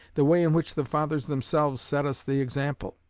the way in which the fathers themselves set us the example.